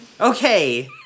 Okay